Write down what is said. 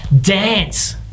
dance